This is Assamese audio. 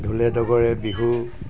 ঢোলে ডগৰে বিহু